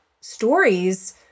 stories